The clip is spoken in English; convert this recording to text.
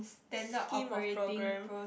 scheme of program